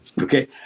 Okay